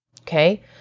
okay